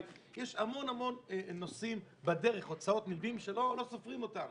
ויש המון המון נושאים בדרך והוצאות נילוות שלא סופרים אותם